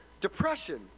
depression